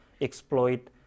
exploit